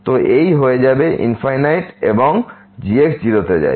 তো এইহয়ে যাবে ইনফিনিটি এবংg 0 তে যায়